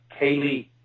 Kaylee